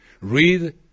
read